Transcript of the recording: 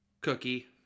cookie